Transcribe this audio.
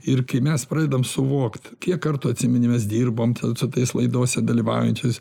ir kai mes pradedam suvokt kiek kartų atsimeni dirbom ten su tais laidose dalyvaujančiais